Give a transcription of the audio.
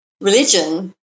religion